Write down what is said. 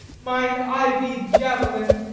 mine ivied javelin,